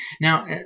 Now